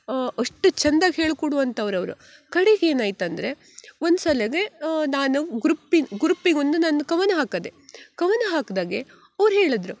ಅಷ್ಟು ಚಂದಾಗಿ ಹೇಳ್ಕೊಡುವಂಥವ್ರು ಅವರು ಕಡಿಗೆ ಏನಾಯ್ತಂದರೆ ಒಂದ್ಸಲ ನಾನು ಗ್ರುಪ್ಪಿನ ಗ್ರುಪ್ಪಿಗೆ ಒಂದು ನಾನು ಕವನ ಹಾಕಿದೆ ಕವನ ಹಾಕ್ದಾಗ ಅವ್ರು ಹೇಳಿದ್ರ